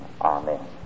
amen